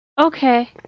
Okay